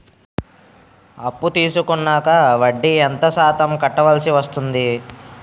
అప్పు తీసుకున్నాక వడ్డీ ఎంత శాతం కట్టవల్సి వస్తుంది?